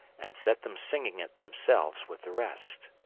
and set them singing it themselves with the rest.